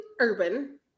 urban